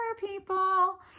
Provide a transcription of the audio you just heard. people